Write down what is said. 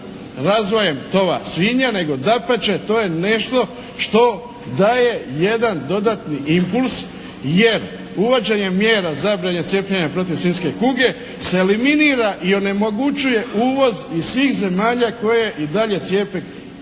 razvojem tova svinja, nego dapače to je nešto što daje jedan dodatni impuls jer uvođenje mjera zabrane cijepljenja protiv svinjske kuge se eliminira i onemogućuje uvoz iz svih zemalja koje i dalje cijepe svinje